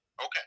Okay